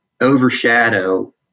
overshadow